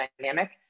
dynamic